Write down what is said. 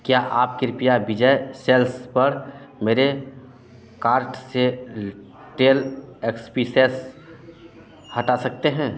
क्या आप कृप्या बिजय सेल्स पर मेरे काॅर्ट से डेल एक्स पी सेस हटा सकते हैं